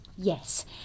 Yes